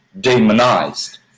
demonized